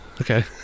Okay